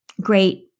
great